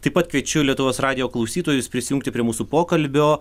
taip pat kviečiu lietuvos radijo klausytojus prisijungti prie mūsų pokalbio